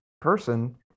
person